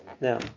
Now